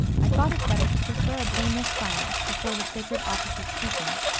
i thought it better to prefer a blameless silence, before the sacred office of speaking,